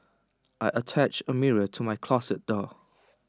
I attached A mirror to my closet door